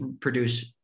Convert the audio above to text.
produce